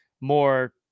more